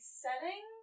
setting